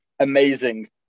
amazing